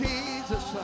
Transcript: Jesus